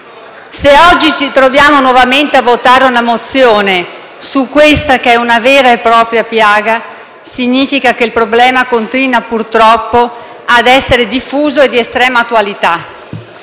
Se oggi ci troviamo nuovamente a votare una mozione su questa, che è una vera e propria piaga, significa che il problema continua purtroppo ad essere diffuso e di estrema attualità.